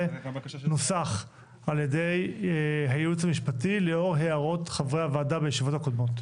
נוסח על ידי היעוץ המשפטי לאור הערות חברי הוועדה בישיבות הקודמות.